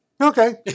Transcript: okay